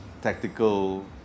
tactical